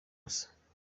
gusa